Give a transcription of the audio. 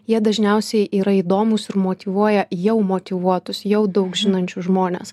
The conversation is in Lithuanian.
jie dažniausiai yra įdomūs ir motyvuoja jau motyvuotus jau daug žinančius žmones